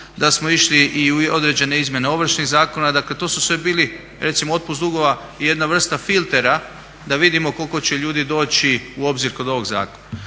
da smo išli i u određene izmjene ovršnih zakona. Dakle to su sve bili, recimo otpust dugova je jedna vrsta filtera da vidimo koliko će ljudi doći u obzir kod ovog zakona.